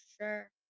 sure